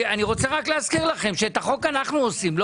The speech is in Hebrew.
אני רוצה רק להזכיר לכם שאת החוק אנחנו מחוקקים,